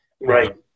right